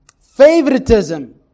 Favoritism